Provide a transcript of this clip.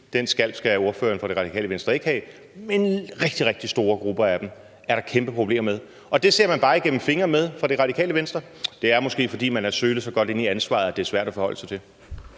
skal ordføreren for Det Radikale Venstre ikke have – men rigtig, rigtig store grupper af dem er der kæmpe problemer med. Og det ser man bare igennem fingre med fra Det Radikale Venstre. Det er måske, fordi man er sølet så godt ind i ansvaret, at det er svært at forholde sig til.